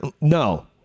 No